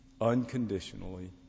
unconditionally